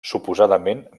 suposadament